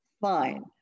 fine